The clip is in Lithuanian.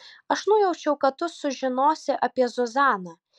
aš nujaučiau kad tu sužinosi apie zuzaną